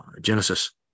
Genesis